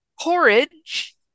porridge